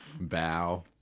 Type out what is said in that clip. Bow